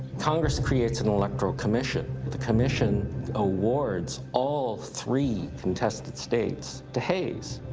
congress creates an electoral commission. the commission awards all three contested states to hayes.